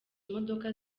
imodoka